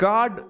God